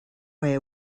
way